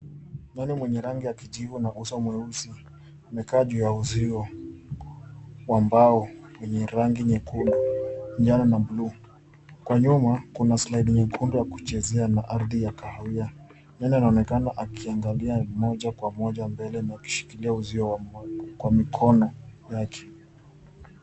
Nyani mwenye rangi ya kijivu na uso mweusi, amekaa juu ya uzio wa mbao wenye rangi nyekundu, njano na buluu. Kwa nyuma, kuna slide nyekundu ya kuchezea na ardhi ya kahawia. Nyani anaonekana akiangalia moja kwa moja mbele kushikilia uzio kwa mikono yake.